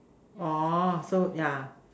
orh so yeah